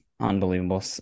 Unbelievable